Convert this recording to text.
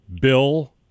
Bill